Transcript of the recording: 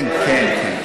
כן, כן, כן.